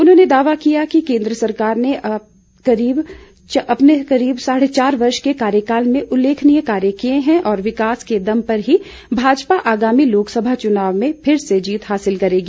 उन्होंने दावा किया कि केन्द्र सरकार ने अपने करीब साढ़े चार वर्ष के कार्यकाल में उल्लेखनीय कार्य किए हैं और विकास के दम पर ही भाजपा आगामी लोकसभा चुनाव में फिर से जीत हासिल करेगी